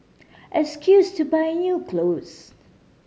excuse to buy new cloth